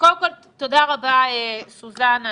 קודם כל תודה רבה, סוזן,